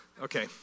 Okay